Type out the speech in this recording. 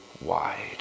wide